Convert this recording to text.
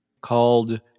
called